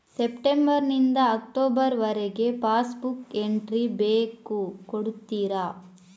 September ನಿಂದ October ವರಗೆ passbook entry ಬೇಕು ಕೊಡುತ್ತೀರಾ?